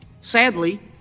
Sadly